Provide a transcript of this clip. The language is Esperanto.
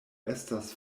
estas